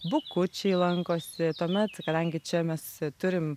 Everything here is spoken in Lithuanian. bukučiai lankosi tuomet kadangi čia mes turim